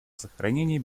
сохранения